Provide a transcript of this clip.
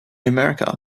america